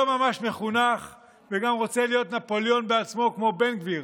לא ממש מחונך וגם רוצה להיות נפוליאון בעצמו כמו בן גביר.